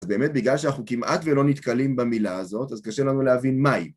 באמת, בגלל שאנחנו כמעט ולא נתקלים במילה הזאת, אז קשה לנו להבין מהי.